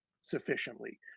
sufficiently